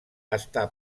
està